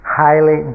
highly